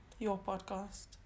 yourpodcast